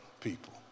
people